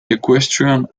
equestrian